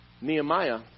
Nehemiah